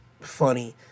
funny